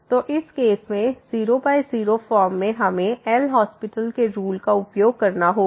तो इस केस में 00 फॉर्म्स में हमें एल हास्पिटल LHospital के रूल का उपयोग करना होगा